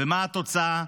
ומה התוצאה?